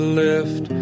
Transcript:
lift